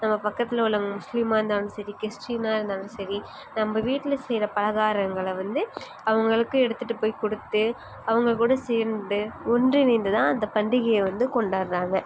நம்ம பக்கத்தில் உள்ளவங்க முஸ்லீமாக இருந்தாலும் சரி கிறிஷ்டினாக இருந்தாலும் சரி நம்ப வீட்டில் செய்கிற பலகாரங்களை வந்து அவங்களுக்கு எடுத்துட்டு போயி கொடுத்து அவங்ககூட சேர்ந்து ஒன்றிணைந்து தான் அந்த பண்டிகையை வந்து கொண்டாடுறாங்க